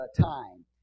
time